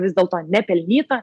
vis dėlto nepelnyta